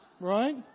Right